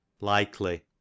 likely